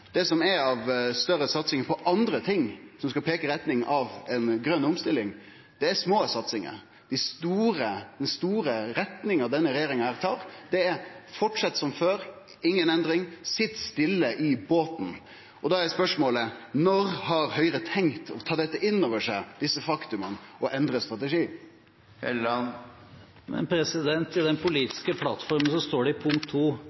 Det som er av større satsing på andre ting, som skal peike i retning av ei grøn omstilling, er små satsingar. Den klare retninga denne regjeringa tar, er: Fortset som før, inga endring, sit stille i båten! Da er spørsmålet: Når har Høgre tenkt å ta desse faktuma inn over seg og endre strategi? I den politiske plattformen står det, i punkt